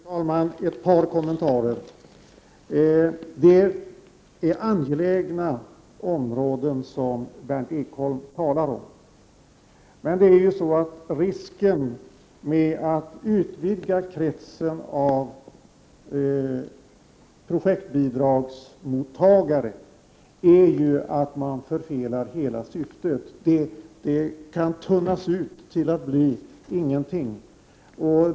Fru talman! Ett par kommentarer. Det är angelägna områden som Berndt Ekholm talar om, men risken med att utvidga kretsen av projektbidragsmottagare är ju att man förfelar hela syftet. Stödet kan tunnas ut till att bli ingenting.